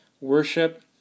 worship